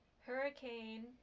Hurricane